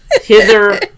Hither